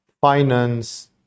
finance